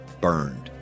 Burned